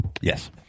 Yes